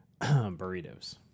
Burritos